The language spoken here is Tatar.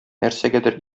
нәрсәгәдер